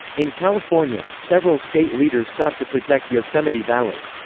in california, several state leaders sought to protect yosemite valley.